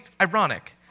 ironic